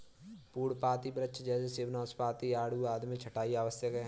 पर्णपाती वृक्ष जैसे सेब, नाशपाती, आड़ू आदि में छंटाई आवश्यक है